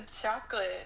chocolate